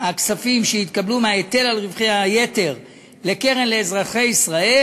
הכספים שיתקבלו מההיטל על רווחי היתר לקרן לאזרחי ישראל